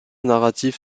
narrative